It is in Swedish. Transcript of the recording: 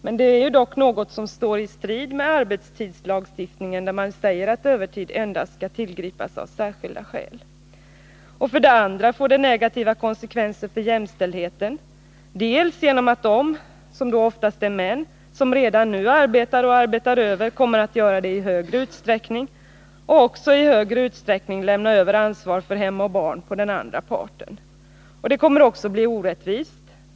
Men det är ändå något som står i strid med arbetstidslagstiftningen, där man säger att övertid skall tillgripas endast när det föreligger särskilda skäl. För det andra får det negativa konsekvenser för jämställdheten, eftersom de som redan nu arbetar över — det är oftast män — kommer att göra det i större utsträckning och även i större utsträckning lämna över ansvaret för hem och barn på den andra parten. Det kommer också att bli orättvist.